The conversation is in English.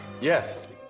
Yes